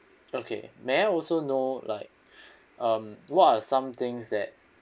okay may I also know like um what are some things that